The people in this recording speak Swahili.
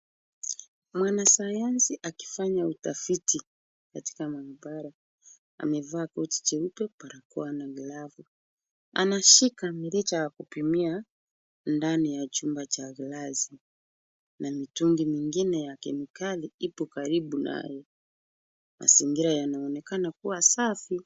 Mwanasayansi akifanya utafiti katika maabara. Amevaa koti jeupe, barakoa na glavu, anashika mirija ya kupimia ndani ya chumba cha glasi na mitungi mingine ya kemikali ipo karibu nayo. Mazingira yanaonekana kuwa safi.